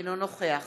אינו נוכח